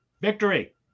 Victory